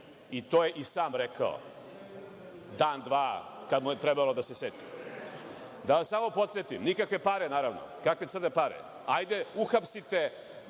i to je i sam rekao, dan, dva kada mu je trebalo da se seti. Da vas samo podsetim, nikakve pare naravno, kakve crne pare. Hajde, uhapsite